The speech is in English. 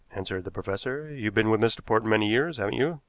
answered the professor. you've been with mr. portman many years, haven't you?